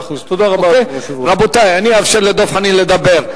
אני אאפשר לדב חנין לדבר.